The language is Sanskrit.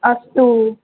अस्तु